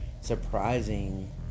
surprising